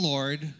Lord